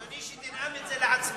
אדוני, שתנאם את זה לעצמה.